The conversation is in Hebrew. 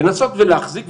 לנסות ולהחזיק,